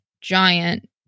giant